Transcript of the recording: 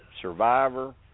Survivor